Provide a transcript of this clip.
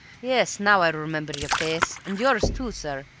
yes, now i remember your face, and yours too, sir.